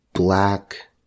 black